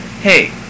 Hey